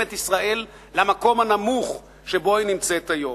את ישראל למקום הנמוך שבו היא נמצאת היום.